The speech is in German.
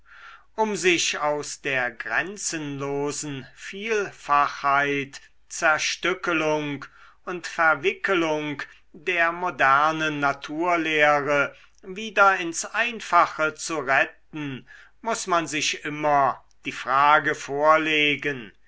um sich aus der grenzenlosen vielfachheit zerstückelung und verwickelung der modernen naturlehre wieder ins einfache zu retten muß man sich immer die frage vorlegen